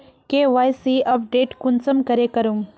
KYC update कुंसम करे करूम?